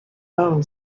own